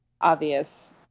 obvious